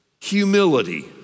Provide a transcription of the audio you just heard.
humility